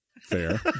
fair